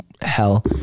hell